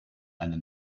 eine